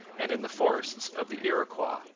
and in the forests of the iroquois.